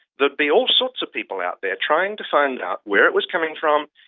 there'd be all sorts of people out there trying to find out where it was coming from,